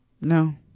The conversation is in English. No